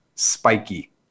spiky